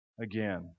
again